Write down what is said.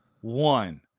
One